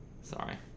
Sorry